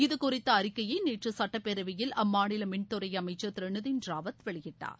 இது குறித்த அறிக்கையை நேற்று சுட்டப்பேரவையில் அம்மாநில மின்துறை அமைச்சர் திரு நிதின் ராவத் வெளியிட்டார்